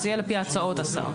זה יהיה לפי הצעות השר.